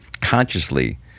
consciously